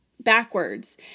backwards